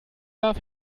darf